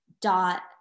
dot